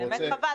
באמת חבל.